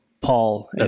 Paul